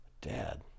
dad